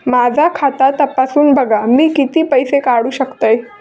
माझा खाता तपासून बघा मी किती पैशे काढू शकतय?